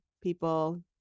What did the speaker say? People